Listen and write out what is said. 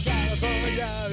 California